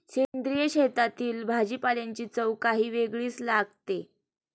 सेंद्रिय शेतातील भाजीपाल्याची चव काही वेगळीच लागते